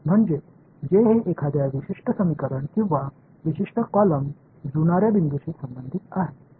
म्हणजे जे हे एखाद्या विशिष्ट समीकरण किंवा विशिष्ट कॉलम जुळणार्या बिंदूशी संबंधित आहे